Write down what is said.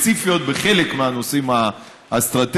סמכויות ספציפיות בחלק מהנושאים האסטרטגיים,